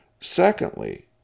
Secondly